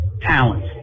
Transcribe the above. talent